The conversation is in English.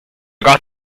got